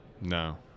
no